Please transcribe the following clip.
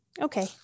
Okay